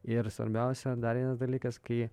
ir svarbiausia dar vienas dalykas kai